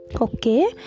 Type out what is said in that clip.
okay